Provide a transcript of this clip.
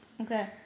Okay